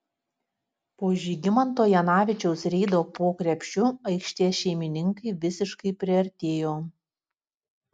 po žygimanto janavičiaus reido po krepšiu aikštės šeimininkai visiškai priartėjo